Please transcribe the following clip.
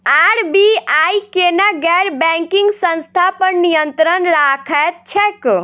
RBI केना गैर banking संस्था पर नियत्रंण राखैत छैक?